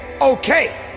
okay